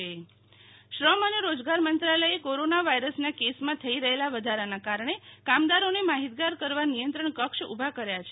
શિતલ વૈશ્નવ કામદારો નિયંત્રણ કક્ષ શ્રમ અને રોજગાર મંત્રાલયે કોરોના વાયરસના કેસમાં થઇ રહેલા વધારાના કારણે કામદારોને માહિતગાર કરવા નિયંત્રણ કક્ષ ઉભા કર્યા છે